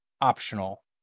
optional